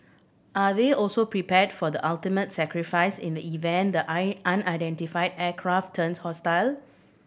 are they also prepared for the ultimate sacrifice in the event the I unidentified aircraft turns hostile